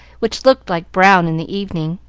which looked like brown in the evening.